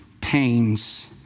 pains